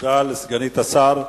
תודה לסגנית השר.